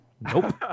Nope